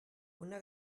una